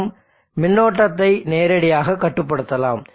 மற்றும் மின்னோட்டத்தை நேரடியாக கட்டுப்படுத்தலாம்